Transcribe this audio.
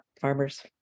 farmers